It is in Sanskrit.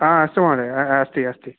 हा अस्तु महोदय हा अस्ति अस्ति